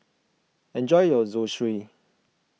enjoy your Zosui